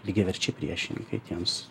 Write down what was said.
lygiaverčiai priešininkai tiems